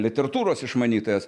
literatūros išmanytojas